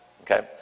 Okay